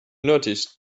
noticed